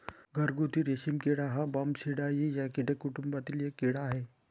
घरगुती रेशीम किडा हा बॉम्बीसिडाई या कीटक कुटुंबातील एक कीड़ा आहे